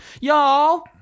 Y'all